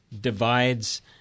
divides